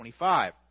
25